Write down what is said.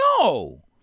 No